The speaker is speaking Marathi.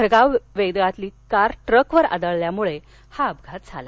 भरधाव वेगातली कार ट्रकवर आदळल्यामुळे हा अपघात झाला